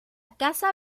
casa